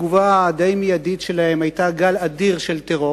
התגובה הדי-מיידית עליהם היתה גל אדיר של טרור.